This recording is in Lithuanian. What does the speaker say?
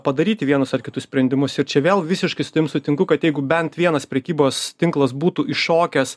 padaryti vienus ar kitus sprendimus ir čia vėl visiškai sutinku kad jeigu bent vienas prekybos tinklas būtų iššokęs